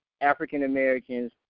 African-Americans